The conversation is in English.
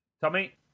Tommy